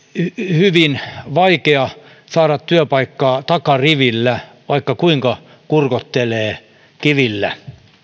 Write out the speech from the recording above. hyvin vaikea saada työpaikkaa takarivillä vaikka kuinka kurkottelee kivillä